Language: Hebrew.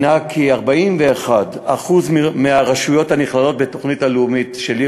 הנה כי 41% מהרשויות הנכללות בתוכנית הלאומית "עיר